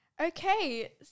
Okay